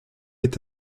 est